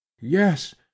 Yes